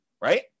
right